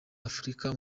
afrika